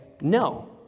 no